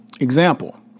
example